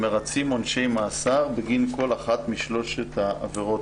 ומרצים עונשי מאסר בגין כל אחת משלוש העבירות